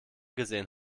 gesehen